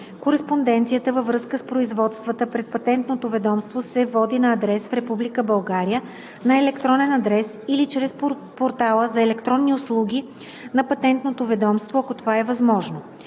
Кореспонденцията във връзка с производствата пред Патентното ведомство се води на адрес в Република България, на електронен адрес или чрез портала за електронни услуги на Патентното ведомство, ако това е възможно.